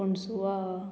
पणसुआ